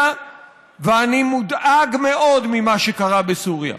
ואני מודאג מאוד ממה שקרה בסוריה.